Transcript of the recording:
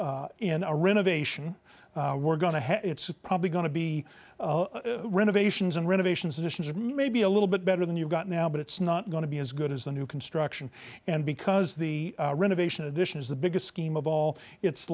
system in a renovation we're going to have it's probably going to be renovations and renovations additions or maybe a little bit better than you've got now but it's not going to be as good as the new construction and because the renovation addition is the biggest scheme of all it's